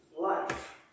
life